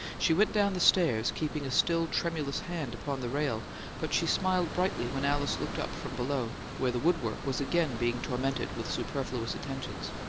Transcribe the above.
she went down the stairs, keeping a still tremulous hand upon the rail but she smiled brightly when alice looked up from below, where the woodwork was again being tormented with superfluous attentions.